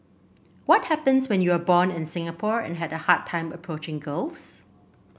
what happens when you are born in Singapore and had a hard time approaching girls